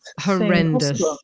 horrendous